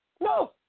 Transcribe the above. No